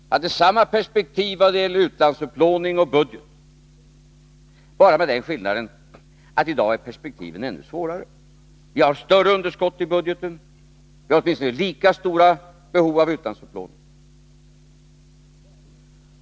Vi hade samma perspektiv när det gällde utlandsupplåning och budget, möjligen med den skillnaden att perspektivet i dag är ännu sämre. Vi har ett större underskott i budgeten. Vi har åtminstone lika stora behov av utlandsupplåning.